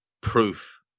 proof